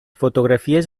fotografies